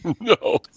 No